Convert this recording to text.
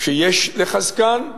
שיש לחזקן,